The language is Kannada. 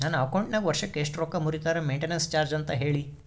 ನನ್ನ ಅಕೌಂಟಿನಾಗ ವರ್ಷಕ್ಕ ಎಷ್ಟು ರೊಕ್ಕ ಮುರಿತಾರ ಮೆಂಟೇನೆನ್ಸ್ ಚಾರ್ಜ್ ಅಂತ ಹೇಳಿ?